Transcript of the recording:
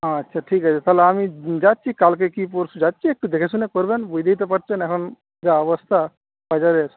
আচ্ছা ঠিক আছে থালে আমি যাচ্ছি কালকে কি পরশু যাচ্ছি একটু দেখে শুনে করবেন বুঝতেই তো পারছেন এখন যা অবস্থা বাজারের